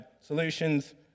solutions